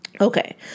Okay